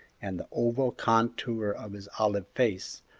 and the oval contour of his olive face,